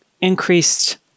increased